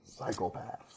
psychopaths